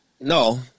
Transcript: No